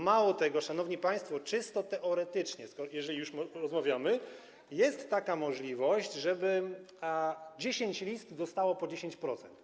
Mało tego, szanowni państwo, czysto teoretycznie, jeżeli już rozmawiamy, jest taka możliwość, żeby 10 list dostało po 10%.